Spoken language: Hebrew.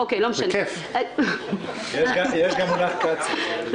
מן הראוי שתגלו אומץ לה כמו חבר הכנסת אייכלר שאמר